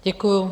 Děkuju.